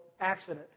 accident